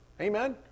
amen